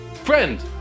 Friend